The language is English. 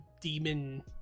demon